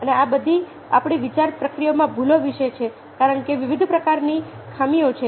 અને આ બધી આપણી વિચાર પ્રક્રિયામાં ભૂલો વિશે છે કારણ કે વિવિધ પ્રકારની ખામીઓ છે